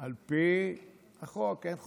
על פי החוק, אין חוכמות,